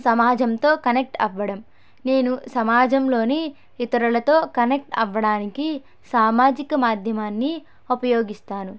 సమాజంతో కనెక్ట్ అవ్వడం నేను సమాజంలోని ఇతరులతో కనెక్ట్ అవ్వడానికి సామాజిక మాధ్యమాన్ని ఉపయోగిస్తాను